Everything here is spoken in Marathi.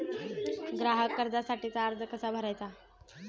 ग्राहक कर्जासाठीचा अर्ज कसा भरायचा?